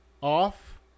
off